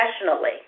professionally